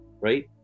right